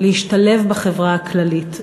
להשתלב בחברה הכללית.